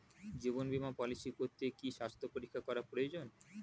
জীবন বীমা পলিসি করতে কি স্বাস্থ্য পরীক্ষা করা প্রয়োজন?